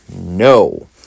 no